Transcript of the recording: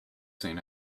seen